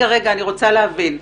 אני רוצה להבין,